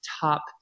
top